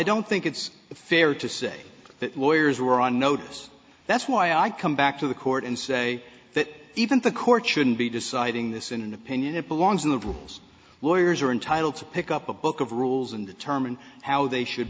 don't think it's fair to say that lawyers were on notice that's why i come back to the court and say that even the court shouldn't be deciding this in an opinion it belongs in the rules lawyers are entitled to pick up a book of rules and determine how they should